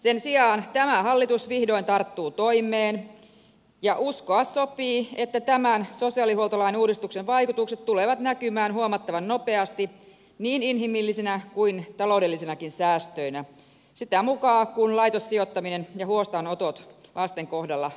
sen sijaan tämä hallitus vihdoin tarttui toimeen ja uskoa sopii että tämän sosiaalihuoltolain uudistuksen vaikutukset tulevat näkymään huomattavan nopeasti niin inhimillisinä kuin taloudellisinakin säästöinä sitä mukaa kuin laitossijoittaminen ja huostaanotot lasten kohdalla vähentyvät